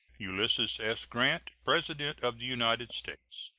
ulysses s. grant, president of the united states,